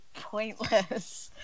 pointless